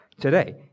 today